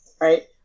right